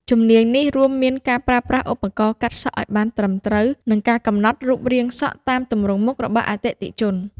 ជំនាញនេះ រួមមានការប្រើប្រាស់ឧបករណ៍កាត់សក់ឱ្យបានត្រឹមត្រូវ និងការកំណត់រូបរាងសក់តាមទម្រង់មុខរបស់អតិថិជន។